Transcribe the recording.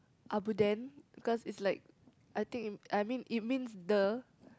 abuden cause it's like I think in I mean it means duh